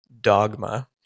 dogma